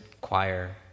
choir